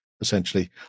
essentially